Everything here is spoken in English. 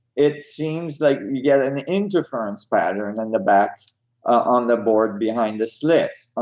it seems like you get an interferons pattern in the back on the board behind the slit.